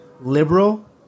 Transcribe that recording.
liberal